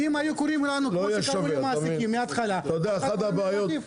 אם היו קוראים לנו מההתחלה כמו שקראו למעסיקים,